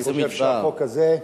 אני חושב שהחוק הזה,